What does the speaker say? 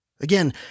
Again